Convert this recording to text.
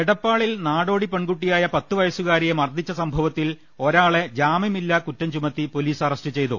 എടപ്പാളിൽ നാടോടി പെൺകുട്ടിയായ പത്ത് വയസുകാരിയെ മർദ്ദിച്ച സംഭവത്തിൽ ഒരാളെ ജാമ്യമില്ലാ കുറ്റം ചുമത്തി പൊലീസ് അറസ്റ്റ് ചെയ്തു